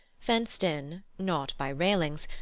fenced in, not by railings,